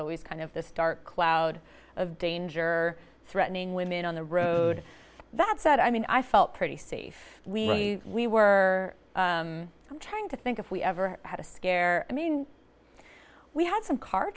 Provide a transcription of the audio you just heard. always kind of this dark cloud of danger threatening women on the road that said i mean i felt pretty safe we we were trying to think if we ever had a scare i mean we had some car